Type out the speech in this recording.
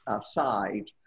side